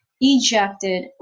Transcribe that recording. ejected